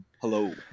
Hello